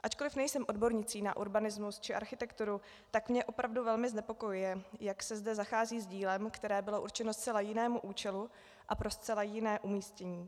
Ačkoliv nejsem odbornicí na urbanismus či architekturu, tak mě opravdu velmi znepokojuje, jak se zda zachází s dílem, které bylo určeno zcela jinému účelu a pro zcela jiné umístění.